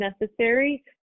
necessary